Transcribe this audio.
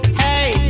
hey